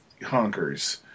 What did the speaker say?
honkers